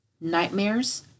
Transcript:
nightmares